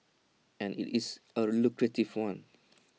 and IT is A lucrative one